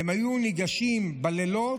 והם היו ניגשים בלילות,